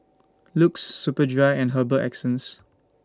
LUX Superdry and Herbal Essences